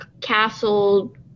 castle